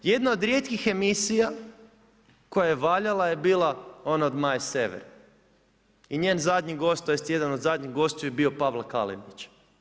Jedna od rijetkih emisija koja je valjala je bila ona od Maje Sever i njen zadnji gost, tj. jedan od zadnjih gostiju je bio Pavlo Kalinić.